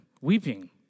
weeping